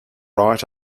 right